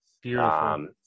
Beautiful